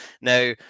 Now